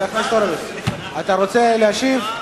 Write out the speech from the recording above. חבר הכנסת הורוביץ, אתה רוצה להשיב?